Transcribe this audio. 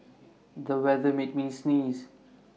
the weather made me sneeze